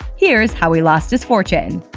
here's how he lost his fortune.